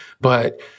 But-